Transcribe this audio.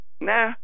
nah